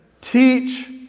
teach